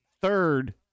third